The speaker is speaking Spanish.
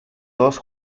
dos